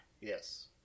yes